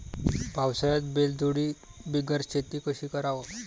पावसाळ्यात बैलजोडी बिगर शेती कशी कराव?